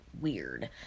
weird